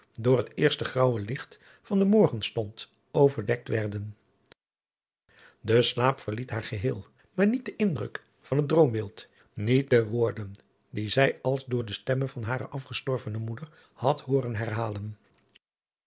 door het eerste graauwe licht van den morgenstond overdekt warden de slaap verliet haar geheel maar niet de indruk van het droombeeld niet de woorden die zij als door de stemme van hare afgestorvene moeder had hooren herhalen